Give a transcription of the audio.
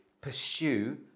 pursue